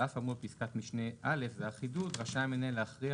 אף האמור בפסקת משנה (א) זה החידוד רשאי המנהל להכריע